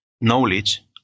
knowledge